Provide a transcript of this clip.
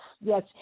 yes